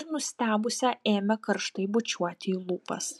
ir nustebusią ėmė karštai bučiuoti į lūpas